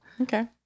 Okay